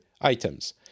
items